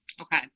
Okay